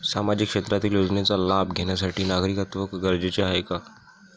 सामाजिक क्षेत्रातील योजनेचा लाभ घेण्यासाठी नागरिकत्व गरजेचे आहे का?